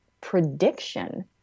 prediction